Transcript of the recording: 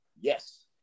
yes